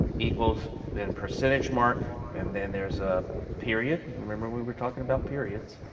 equals then percentage mark and then there's a period remember we were talking about periods?